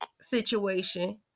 situation